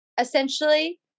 Essentially